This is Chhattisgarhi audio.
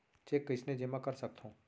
चेक कईसने जेमा कर सकथो?